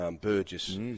Burgess